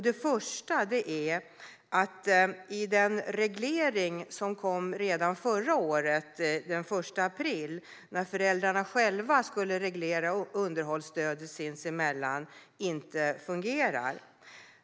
Det första problemet är att den reglering som kom redan den 1 april förra året och som innebär att föräldrarna själva ska reglera underhållsstödet sinsemellan inte fungerar.